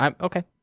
Okay